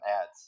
ads